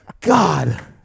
God